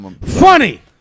Funny